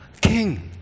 King